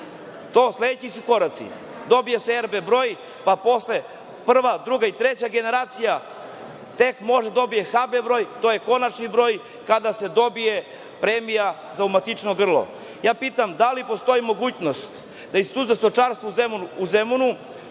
su sledeći koraci. Dobije se RB broj pa posle, prva, druga i treća generacija tek može da dobije HB broj, to je konačni broj kada se dobije premija za umatičeno grlo. Pitam da li postoji mogućnost da Institut za stočarstvo u Zemunu